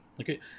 okay